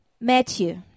Matthew